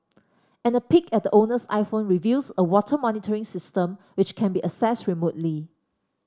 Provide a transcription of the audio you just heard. and a peek at the owner's iPhone reveals a water monitoring system which can be accessed remotely